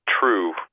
true